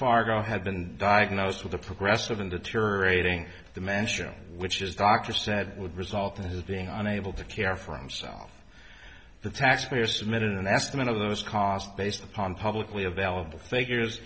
fargo had been diagnosed with a progressive and deteriorating the mentioned which is the doctor said would result in his being unable to care for himself the taxpayer submitted an estimate of those cost based upon publicly available